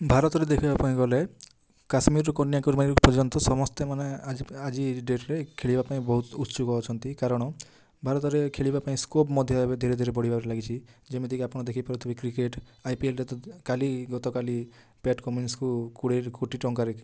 ଭାରତରେ ଦେଖିବାକୁ ଗଲେ କାଶ୍ମୀରରୁ କନ୍ୟାକୁମାରୀ ପର୍ଯ୍ୟନ୍ତ ସମସ୍ତେ ମାନେ ଆଜି ଡେଟ୍ରେ ଖେଳିବା ପାଇଁ ବହୁତ ଉତ୍ସକ ଅଛନ୍ତି କାରଣ ଭାରତରେ ଖେଳିବାକୁ ସ୍କୋପ୍ ମଧ୍ୟ୍ୟ ଧୀରେ ଧୀରେ ବଢ଼ିବାରେ ଲାଗିଛି ଯେମିତି କି ଆପଣ ଦେଖି ପାରୁଥିବେ କ୍ରିକେଟ୍ ଆଇ ପି ଏଲ୍ କାଲି ଗତକାଲି କୋଡ଼ିଏ କୋଟି ଟଙ୍କାରେ